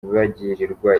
bagirirwa